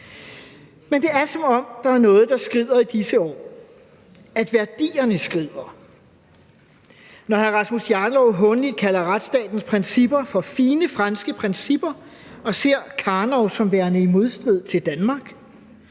Men det er, som om der er noget, der skrider i disse år, at værdierne skrider. Når hr. Rasmus Jarlov hånligt kalder retsstatens principper for fine franske principper, og ser Karnov som værende i modstrid til Danmark,